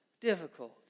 difficult